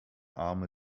arme